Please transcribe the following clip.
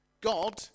God